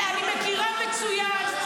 אני מכירה מצוין.